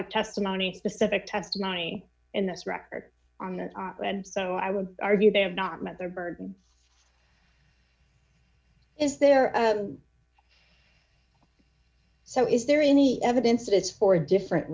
of testimony specific testimony in this record on there and so i would argue they have not met their burden is there so is there any evidence that it's for a different